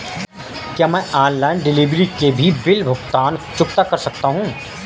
क्या मैं online delivery के भी बिल चुकता कर सकता हूँ?